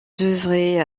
devrait